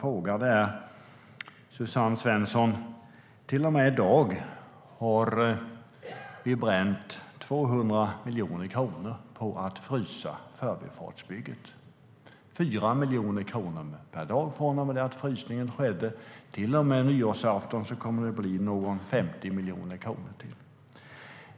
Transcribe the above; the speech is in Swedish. Fram till i dag har vi bränt 200 miljoner kronor på att frysa förbifartsbygget. Det har kostat 4 miljoner per dag från och med att frysningen skedde. Fram till och med nyårsafton kommer det att bli 50 miljoner kronor till.